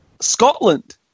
Scotland